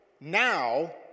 now